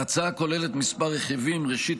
ההצעה כוללת כמה רכיבים: ראשית,